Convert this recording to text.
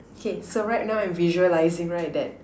K so right now I'm visualizing right that